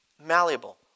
malleable